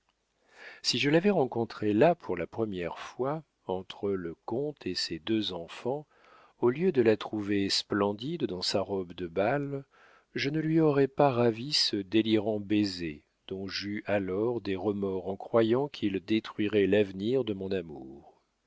si je l'avais rencontrée là pour la première fois entre le comte et ses deux enfants au lieu de la trouver splendide dans sa robe de bal je ne lui aurais pas ravi ce délirant baiser dont j'eus alors des remords en croyant qu'il détruirait l'avenir de mon amour